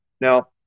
Now